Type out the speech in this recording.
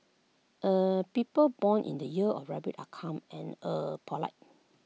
er people born in the year of rabbit are calm and er polite